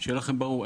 שיהיה לכם ברור,